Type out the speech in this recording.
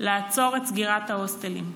לעצור את סגירת ההוסטלים.